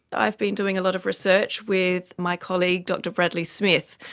i've been doing a lot of research with my colleague dr bradley smith.